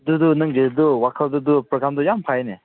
ꯑꯗꯨꯗꯣ ꯅꯪꯒꯤ ꯑꯗꯣ ꯋꯥꯈꯜꯗꯨꯗꯣ ꯌꯥꯝ ꯐꯩꯌꯦꯅꯦ